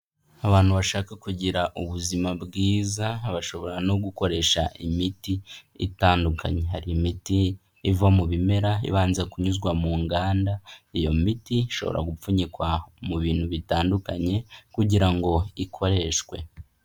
Abantu bashaka kugira ubuzima bwiza, bashobora no gukoresha imiti itandukanye, hari imiti iva mu bimera ibanza kunyuzwa mu nganda, iyo miti ishobora gupfunyikwa mu bintu bitandukanye kugira ngo ikoreshwe.